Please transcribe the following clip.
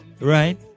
Right